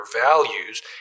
values